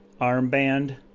armband